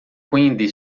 quindi